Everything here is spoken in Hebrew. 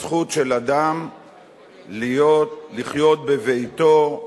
הזכות של אדם לחיות בביתו,